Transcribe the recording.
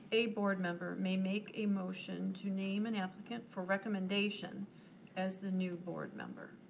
a board member may make a motion to name an applicant for recommendation as the new board member.